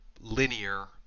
linear